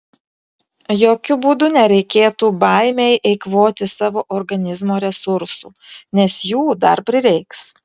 jokiu būdu nereikėtų baimei eikvoti savo organizmo resursų nes jų dar prireiks